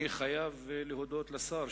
אני חייב להודות לשר,